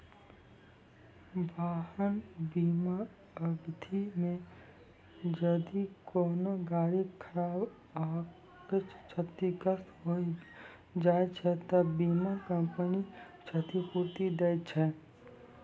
वाहन बीमा अवधि मे जदि कोनो गाड़ी खराब आकि क्षतिग्रस्त होय जाय छै त बीमा कंपनी क्षतिपूर्ति दै छै